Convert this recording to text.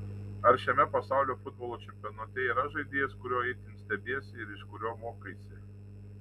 ar šiame pasaulio futbolo čempionate yra žaidėjas kuriuo itin stebiesi ir iš kurio mokaisi